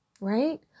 right